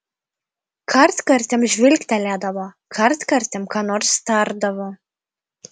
kartkartėm žvilgtelėdavo kartkartėm ką nors tardavo